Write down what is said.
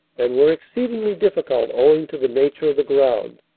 and were exceedingly difficult owing to the nature of the ground.